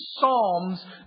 psalms